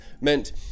meant